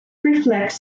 reflects